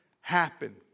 happen